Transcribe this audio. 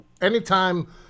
anytime